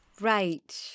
Right